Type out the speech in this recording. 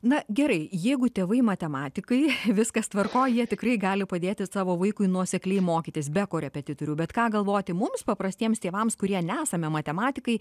na gerai jeigu tėvai matematikai viskas tvarkoj jie tikrai gali padėti savo vaikui nuosekliai mokytis be korepetitorių bet ką galvoti mums paprastiems tėvams kurie nesame matematikai